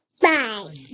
Bye